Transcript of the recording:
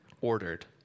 ordered